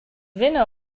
winnen